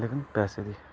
लेकिन पैसै दी